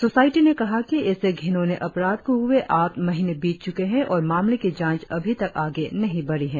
society ने कहा कि इस घिनोने अपराध को हुए आठ महीने बीत चुके है और मामले की जांच अभी तक आगे नहीं बढ़ी है